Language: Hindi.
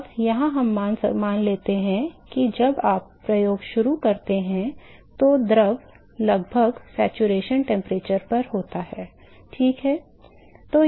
अब यहाँ हम मान लेते हैं कि जब आप प्रयोग शुरू करते हैं तो द्रव लगभग संतृप्ति तापमान पर होता है ठीक है